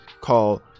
called